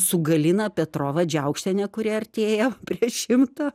su galina petrova džiaukštiene kuri artėjo prie šimto